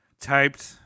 typed